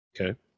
Okay